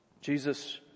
Jesus